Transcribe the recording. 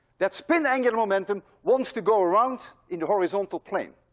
that spin angular momentum wants to go around in the horizontal plane.